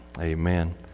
Amen